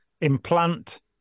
implant